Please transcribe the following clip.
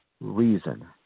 reason